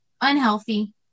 unhealthy